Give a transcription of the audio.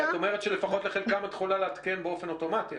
זאת אומרת שלחלקם את יכולה לעדכן באופן אוטומטי,